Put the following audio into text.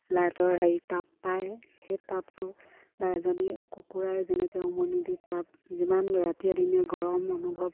লাইটৰ হেৰি তাপ পায় সেই তাপটো বা এজনী কুকুৰাই যেনেকৈ উমনি দি তাপ যিমান ৰাতিয়ে দিনে গৰম অনুভৱ